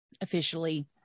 officially